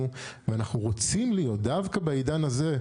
ואנחנו רוצים להיות דווקא בעידן הזה,